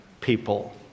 people